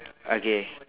okay